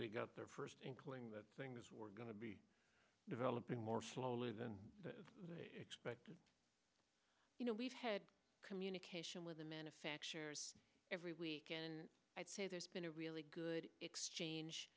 they got their first inkling that things were going to be developing more slowly than expected you know we've had communication with the manufacturers every week and there's been a really good exchange